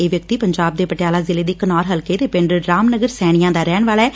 ਇਹ ਵਿਅਕਤੀ ਪੰਜਾਬ ਦੇ ਪਟਿਆਲਾ ਜਿਲੇ ਦੇ ਘਨੌਰ ਹਲਕੇ ਦੇ ਪਿੰਡ ਰਾਮ ਨਗਰ ਸੈਣੀਆਂ ਦਾ ਰਹਿਣ ਵਾਲਾ ਏ